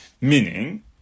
Meaning